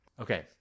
okay